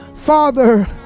Father